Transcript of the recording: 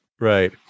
Right